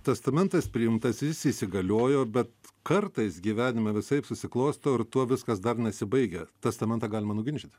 testamentas priimtas jis įsigaliojo bet kartais gyvenime visaip susiklosto ir tuo viskas dar nesibaigia testamentą galima nuginčyt